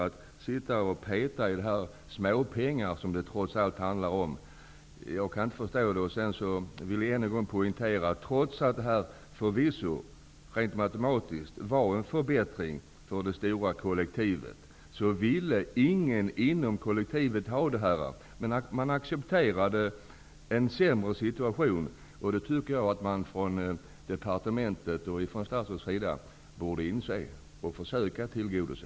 Att sitta och peta i småpengar, som detta trots allt handlar om, kan jag inte förstå. Jag vill än en gång poängtera, att trots att detta rent matematiskt var en förbättring för det stora kollektivet, ville ingen inom kollektivet ha denna förändring. Man accepterade en sämre situation. Det tycker jag att man från departementets och statsrådets sida borde inse och försöka tillgodose.